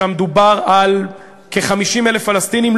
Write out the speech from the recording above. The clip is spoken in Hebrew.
שמדובר על כ-50,000 פלסטינים,